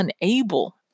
unable